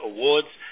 Awards